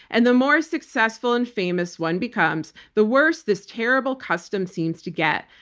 and the more successful and famous one becomes, the worse this terrible custom seems to get.